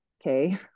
Okay